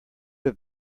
have